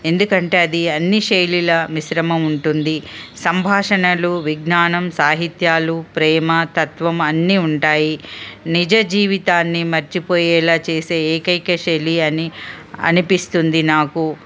ఎందుకంటే అది అన్ని శైలిల మిశ్రమం ఉంటుంది సంభాషణలు విజ్ఞానం సాహిత్యాలు ప్రేమ తత్వం అన్నీ ఉంటాయి నిజ జీవితాన్ని మర్చిపోయేలా చేసే ఏకైక శైలి అని అనిపిస్తుంది నాకు